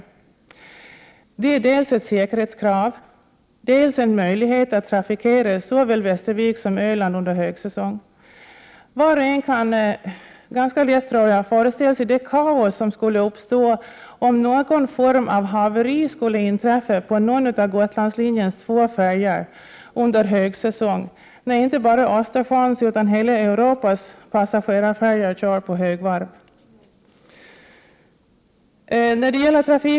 Det innebär dels ett säkerhetskrav, dels en möjlighet att trafikera såväl Västervik som Öland under högsäsong. Var och en kan ganska lätt, tror jag, föreställa sig det kaos som skulle uppstå om någon form av haveri skulle inträffa på en av Gotlandslinjens två färjor under högsäsong när inte bara Östersjöns utan hela Europas passagerarfärjor kör på högvarv.